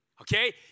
Okay